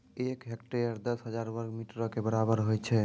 एक हेक्टेयर, दस हजार वर्ग मीटरो के बराबर होय छै